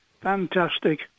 Fantastic